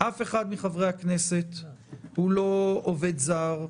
אף אחד מחברי הכנסת הוא לא עובד זר,